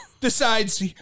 decides